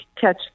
catch